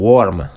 Warm